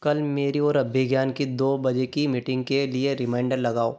कल मेरी और अभिज्ञान की दो बजे की मीटिंग के लिए रिमाइंडर लगाओ